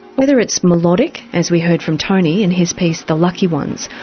whether it's melodic, as we heard from tony in his piece the lucky ones,